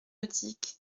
nautique